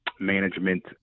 Management